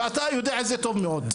ואתה יודע את זה טוב מאוד.